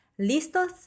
¿Listos